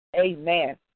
Amen